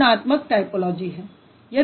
यह गुणात्मक टायपोलॉजी है